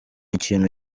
ikintu